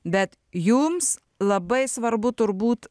bet jums labai svarbu turbūt